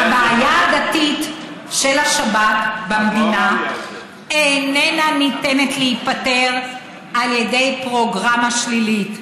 הבעיה הדתית של השבת במדינה איננה ניתנת לפתרון על ידי פרוגרמה שלילית,